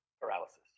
paralysis